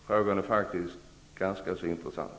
Frågan är faktiskt ganska intressant.